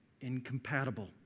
incompatible